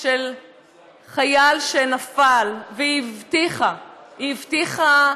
של חייל שנפל, והיא הבטיחה, היא הבטיחה,